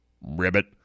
ribbit